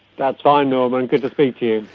that's fine norman, good to speak to you.